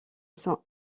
sont